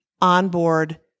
onboard